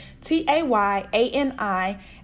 T-A-Y-A-N-I